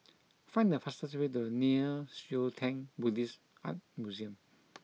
find the fastest way to Nei Xue Tang Buddhist Art Museum